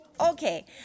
Okay